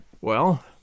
Well